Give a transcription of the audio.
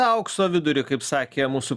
aukso vidurį kaip sakė mūsų